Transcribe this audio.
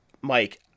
Mike